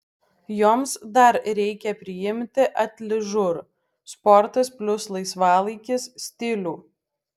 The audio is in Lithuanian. joms dar reikia priimti atližur sportas plius laisvalaikis stilių